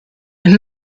and